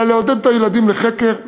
אלא לעודד את הילדים לחקר,